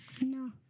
No